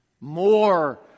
more